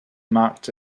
marked